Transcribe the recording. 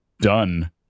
done